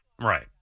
Right